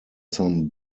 some